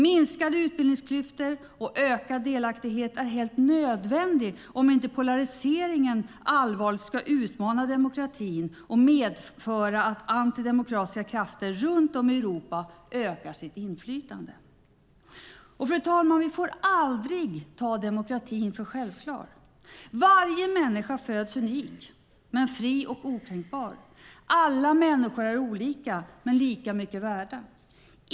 Minskade utbildningsklyftor och ökad delaktighet är helt nödvändiga om inte polariseringen allvarligt ska utmana demokratin och medföra att antidemokratiska krafter runt om i Europa ökar sitt inflytande. Vi får aldrig ta demokratin för självklar. Varje människa föds unik - men fri och okränkbar. Alla människor är olika - men lika mycket värda.